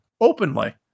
Openly